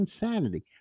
insanity